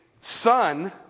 son